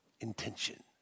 intention